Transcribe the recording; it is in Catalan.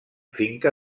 finca